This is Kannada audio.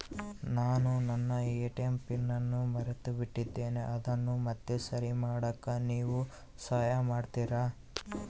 ನಾನು ನನ್ನ ಎ.ಟಿ.ಎಂ ಪಿನ್ ಅನ್ನು ಮರೆತುಬಿಟ್ಟೇನಿ ಅದನ್ನು ಮತ್ತೆ ಸರಿ ಮಾಡಾಕ ನೇವು ಸಹಾಯ ಮಾಡ್ತಿರಾ?